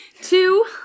Two